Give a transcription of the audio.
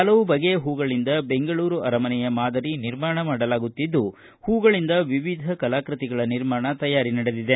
ಹಲವು ಬಗೆಯ ಹೂಗಳಿಂದ ಬೆಂಗಳೂರು ಅರಮನೆಯ ಮಾದರಿ ನಿರ್ಮಾಣ ಮಾಡಲಾಗುತ್ತಿದ್ದು ಹೂಗಳಿಂದ ವಿವಿಧ ಕಲಾ ಕೃತಿಗಳ ನಿರ್ಮಾಣ ತಯಾರಿ ನಡೆದಿದೆ